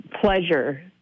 pleasure